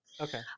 Okay